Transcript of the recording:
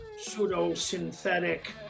pseudo-synthetic